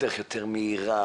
דרך יותר מהירה,